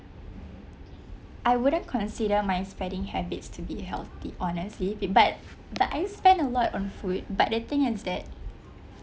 I wouldn't consider my spending habits to be healthy honestly but but I spend a lot on food but the thing is that